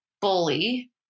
Bully